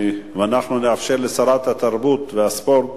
אנחנו נאפשר לשרת התרבות והספורט